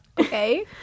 Okay